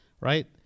right